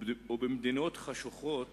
ובמדינות חשוכות